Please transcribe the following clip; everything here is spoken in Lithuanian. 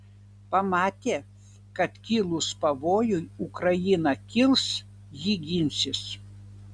pamatė kad kilus pavojui ukraina kils ji ginsis